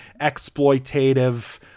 exploitative